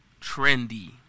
Trendy